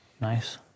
Nice